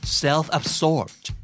self-absorbed